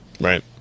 Right